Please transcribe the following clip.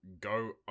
go